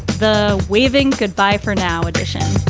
the waving goodbye for now edition.